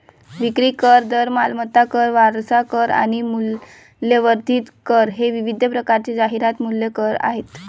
विक्री कर, दर, मालमत्ता कर, वारसा कर आणि मूल्यवर्धित कर हे विविध प्रकारचे जाहिरात मूल्य कर आहेत